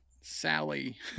Sally